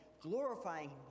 glorifying